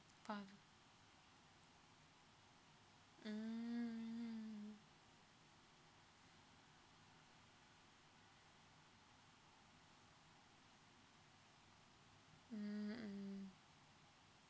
but mm mm mm